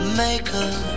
maker